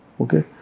Okay